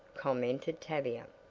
commented tavia.